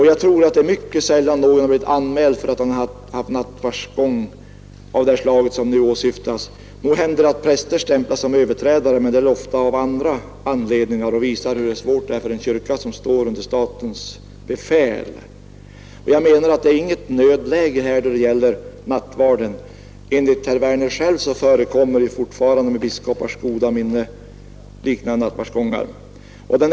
Jag tror det är mycket sällan någon blir anmäld för att han hållit nattvardsgång av det slag som nu åsyftas. Nog händer det att präster stämplas såsom överträdare, men det sker ofta av andra anledningar och visar hur svårt det är för en kyrka som står under statens befäl. Det råder inget nödläge då det gäller nattvarden. Enligt herr Werner själv förekommer fortfarande med biskopars goda minne liknande nattvardsgångar.